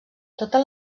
totes